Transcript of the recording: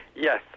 Yes